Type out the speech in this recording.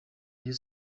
rayon